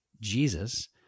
Jesus